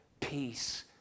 peace